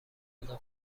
خدا